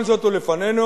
כל זאת עוד לפנינו,